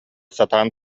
сатаан